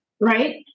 right